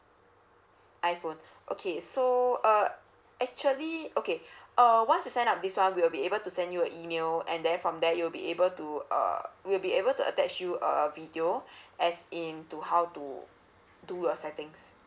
iphone okay so uh actually okay uh once you sign up this one we will be able to send you a email and then from there you will be able to err we will be able to attach you a video as in to how to do a settings